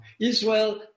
Israel